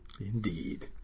Indeed